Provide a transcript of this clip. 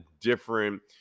different